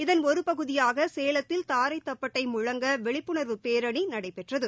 இதன் ஒரு பகுதியாக சேலத்தில் தாரை தப்பட்டை முழங்க விழிப்புணர்வு பேரணி இன்று நடைபெற்றது